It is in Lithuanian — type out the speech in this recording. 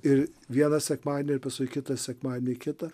ir vieną sekmadienį ir paskui kitą sekmadienį kitą